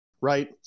right